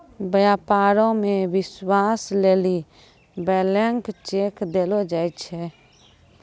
व्यापारो मे विश्वास लेली ब्लैंक चेक देलो जाय छै